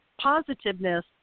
positiveness